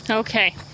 Okay